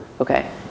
Okay